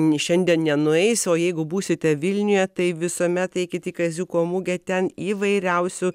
šiandien nenueis o jeigu būsite vilniuje tai visuomet eikit į kaziuko mugę ten įvairiausių